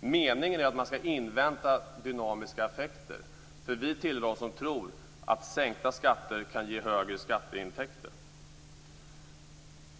Meningen är att man skall invänta dynamiska effekter. Vi tillhör nämligen dem som tror att sänkta skatter kan ge högre skatteintäkter.